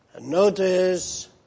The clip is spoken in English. Notice